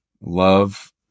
Love